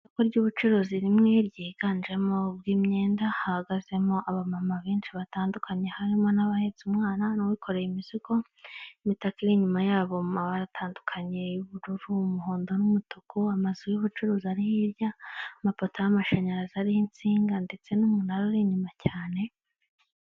Isoko ryubucuruzi rimwe ryiganjemo ubw'imyenda, hahagazemo abamama benshi batandukanye harimo n'abahetse umwana n'uwikoreye imizigo, imitaka iri inyuma yabo mu mabara atandukanye, ubururu, umuhondo n'umutuku, amazu y'ubucuruzi ari hirya, amapoto y'amashanyarazi ariho insinga ndetse n'umunara uri inyuma cyane.